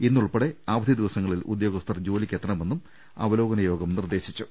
ഇന്നുൾപ്പെടെ അവധി ദിവസങ്ങളിൽ ഉദ്യോ ഗസ്ഥർ ജോലിക്കെത്തണമെന്നും അവലോകന യോഗം നിർദ്ദേശിച്ചു